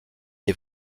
les